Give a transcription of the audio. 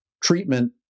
treatment